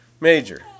major